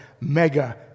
Mega